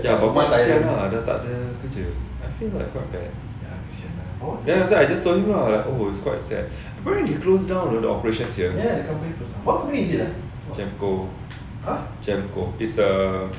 ya but what tak ada kerja I feel like what the then after that I just told him lah oh it's quite sad when you close down the operations here jamco jamco it's a